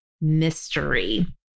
mystery